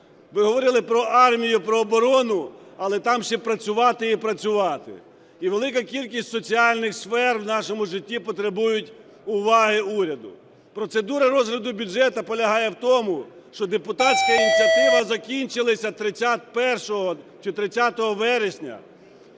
Ви говорили про армію, про оборону, але там ще працювати і працювати. І велика кількість соціальних сфер в нашому житті потребують уваги уряду. Процедура розгляду бюджету полягає в тому, що депутатські ініціативи закінчилися 30 вересня,